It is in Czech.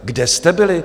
Kde jste byli?